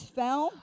fell